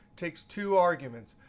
takes two arguments.